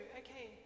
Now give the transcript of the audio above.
okay